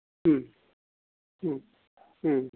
उम उम उम